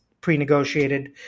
pre-negotiated